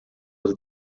his